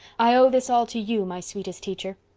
i owe this all to you, my sweetest teacher.